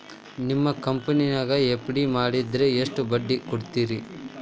ನಿಮ್ಮ ಕಂಪನ್ಯಾಗ ಎಫ್.ಡಿ ಮಾಡಿದ್ರ ಎಷ್ಟು ಬಡ್ಡಿ ಕೊಡ್ತೇರಿ?